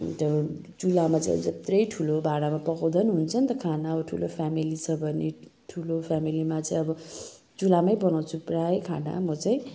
अनि चुल्हामा चाहिँ जत्रै ठुलो भाँडामा पकाउँदा हुन्छ नि त खाना अब ठुलो फ्यामिली छ भने ठुलो फ्यामिलीमा चाहिँ अब चुल्हामै बनाउँछु प्रायः खाना म चाहिँ